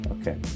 Okay